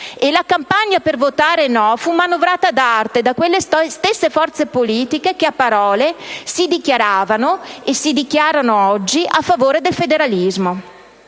La campagna per votare no fu manovrata ad arte da quelle stesse forze politiche che, a parole, si dichiaravano - e si dichiarano oggi - a favore del federalismo,